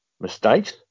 mistakes